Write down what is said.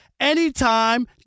Anytime